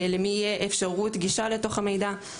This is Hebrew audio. למי תהיה אפשרות גישה לתוך המידע.